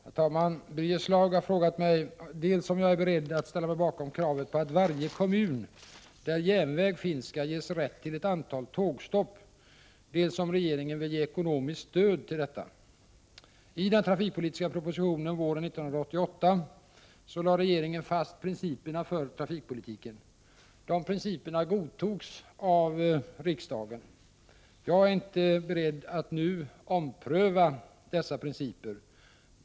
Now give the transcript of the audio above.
Herr talman! Birger Schlaug har frågat mig dels om jag är beredd att ställa mig bakom kravet på att varje kommun där järnväg finns skall ges rätt till ett antal tågstopp, dels om regeringen vill ge ekonomiskt stöd till detta. I den trafikpolitiska propositionen våren 1988 lade regeringen fast principerna för trafikpolitiken. Dessa principer godtogs av riksdagen. Jag är inte beredd att nu ompröva dessa.